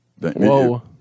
Whoa